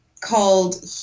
called